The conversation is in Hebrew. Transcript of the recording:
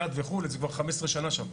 זה כבר 15 שנה שם.